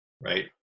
right